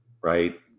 Right